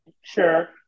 Sure